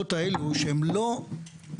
בנסיבות האלו, שהן לא מנותקות